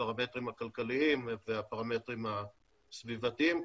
הפרמטרים הכלכליים והפרמטרים הסביבתיים,